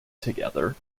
together